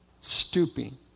stooping